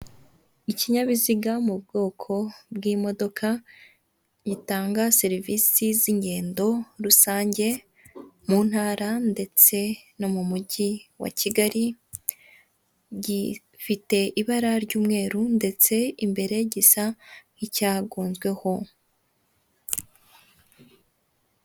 Ikinyabiziga mu bwoko bw'imodoka, itanga serivisi z'ingendo rusange, mu ntara ndetse no mu mujyi wa Kigali, gifite ibara ry'umweru, ndetse imbere gisa nk'icyagonzweho.